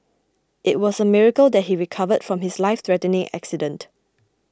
it was a miracle that he recovered from his lifethreatening accident